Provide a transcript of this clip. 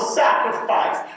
sacrifice